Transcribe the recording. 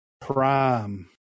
prime